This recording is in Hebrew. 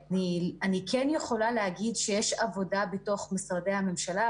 אני כן יכולה להגיד שיש עבודה בתוך משרדי הממשלה,